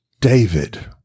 David